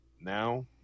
now